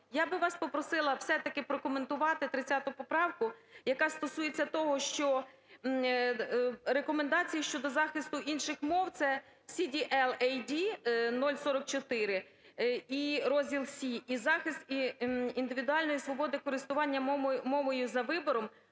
Я би вас попросила все-таки прокоментувати 30 поправку, яка стосується того, що рекомендації щодо захисту інших мов (це CDL-АD 044 і Розділ С) і Захист індивідуальної свободикористування мовою за вибором